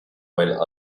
while